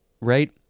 right